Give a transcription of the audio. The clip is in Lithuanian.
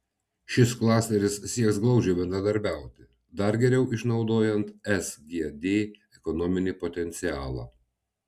šis klasteris sieks glaudžiai bendradarbiauti dar geriau išnaudojant sgd ekonominį potencialą